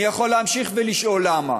אני יכול להמשיך ולשאול למה,